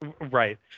Right